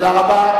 תודה רבה.